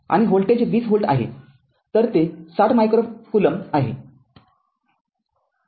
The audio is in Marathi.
आणि व्होल्टेज २० व्होल्ट आहे तर ते ६० मायक्रो कोलोम्ब आहे